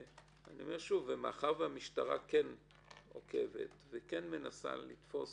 מאחר שהמשטרה עוקבת ומנסה לתפוס